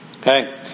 Okay